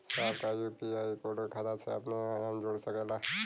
साहब का UPI code खाता से अपने हम जोड़ सकेला?